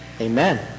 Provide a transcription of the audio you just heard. Amen